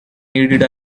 needed